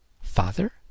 Father